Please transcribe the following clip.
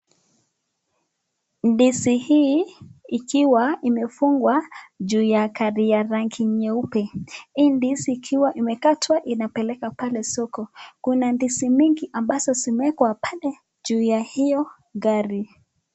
Ndizi hii ikiwa imefungwa juu ya gari ya rangi nyeupe. Hii ndizi ikiwa imekatwa inapeleka pale soko. Kuna ndizi mingi ambazo zimewekwa pale juu ya hiyo gari.